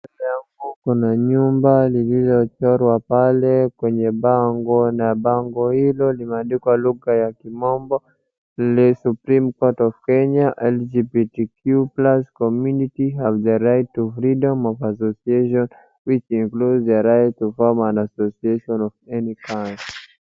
Mbele yangu kuna nyumba lililochorwa pale kwenye bango na bango hilo limeandikwa lugha ya kimombo The supreme court of Kenya, LGBTQ plus community have the right to freedom of association which includes the right to form an association of my kind .